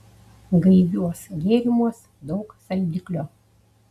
gaiviuos gėrimuos daug saldiklio